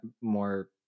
more